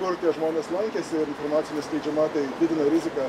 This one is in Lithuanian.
kur tie žmonės lankėsi ir informacija neskleidžiama tai didina riziką